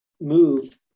move